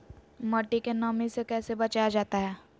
मट्टी के नमी से कैसे बचाया जाता हैं?